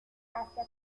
asia